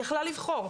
והיא יכלה לבחור.